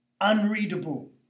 unreadable